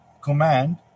command